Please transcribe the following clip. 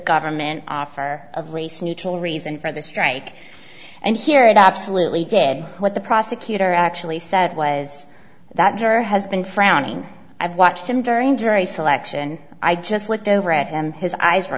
government offer of race neutral reason for the strike and here it absolutely did what the prosecutor actually said was that juror has been frowning i've watched him during jury selection i just looked over at him his eyes